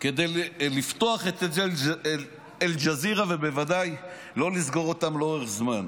כדי לפתוח את אל-ג'זירה ובוודאי לא לסגור אותם לאורך זמן.